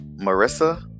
Marissa